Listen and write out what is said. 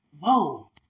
whoa